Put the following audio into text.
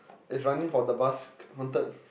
is running for the bus counted